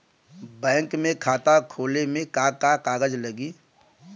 Bank में खाता खोले मे का का कागज लागी?